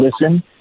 listen